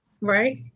right